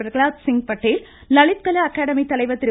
Prahlad Singh Patel Lalit Kala academy தலைவா் திரு